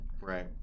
Right